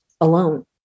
alone